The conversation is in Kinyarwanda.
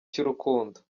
cy’urukundo